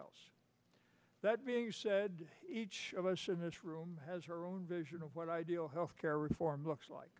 else that being said each of us in this room has her own vision of what ideal health care reform looks like